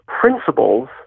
principles